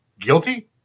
guilty